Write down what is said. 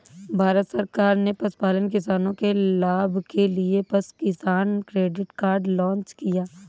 भारत सरकार ने पशुपालन किसानों के लाभ के लिए पशु किसान क्रेडिट कार्ड लॉन्च किया